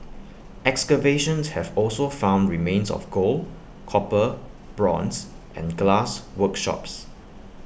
excavations have also found remains of gold copper bronze and glass workshops